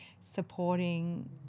supporting